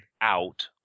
out